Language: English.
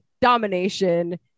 domination